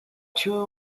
two